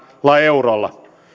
eurolla